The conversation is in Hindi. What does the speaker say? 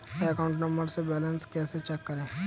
अकाउंट नंबर से बैलेंस कैसे चेक करें?